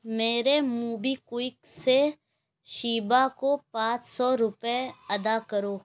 میرے MobiKwik سے شیبہ کو پانچ سو روپئے ادا کرو